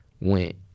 went